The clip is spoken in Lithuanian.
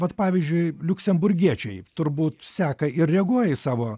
vat pavyzdžiui liuksemburgiečiai turbūt seka ir reaguoja į savo